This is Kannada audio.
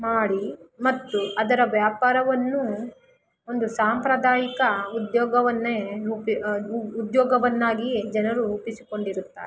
ಮಾಡಿ ಮತ್ತು ಅದರ ವ್ಯಾಪಾರವನ್ನು ಒಂದು ಸಾಂಪ್ರದಾಯಿಕ ಉದ್ಯೋಗವನ್ನೇ ರೂಪಿ ಉದ್ಯೋಗವನ್ನಾಗಿಯೇ ಜನರು ರೂಪಿಸಿಕೊಂಡಿರುತ್ತಾರೆ